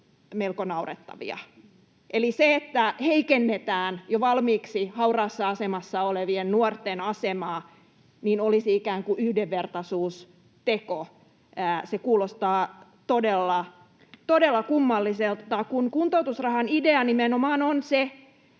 melko naurettavia: se, että heikennetään jo valmiiksi hauraassa asemassa olevien nuorten asemaa, olisi ikään kuin yhdenvertaisuusteko. Se kuulostaa todella kummalliselta. Kun kuntoutusrahan idea nimenomaan on se,